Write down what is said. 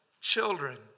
children